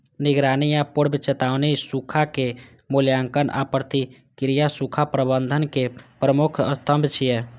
निगरानी आ पूर्व चेतावनी, सूखाक मूल्यांकन आ प्रतिक्रिया सूखा प्रबंधनक प्रमुख स्तंभ छियै